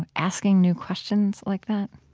and asking new questions like that?